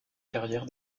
carrière